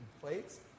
plates